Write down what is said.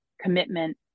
commitment